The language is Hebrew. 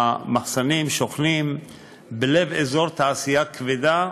המחסנים שוכנים בלב אזור תעשייה כבדה,